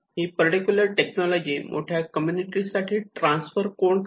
ही particular technology मोठ्या community साठी transfer कोण करेल